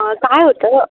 काय होतं